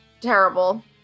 terrible